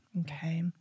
Okay